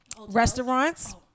restaurants